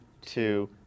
two